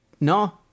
no